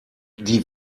die